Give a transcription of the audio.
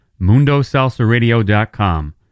MundoSalsaradio.com